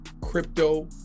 crypto